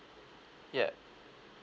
ya